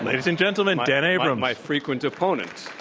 ladies and gentlemen, dan abrams. my frequent opponent.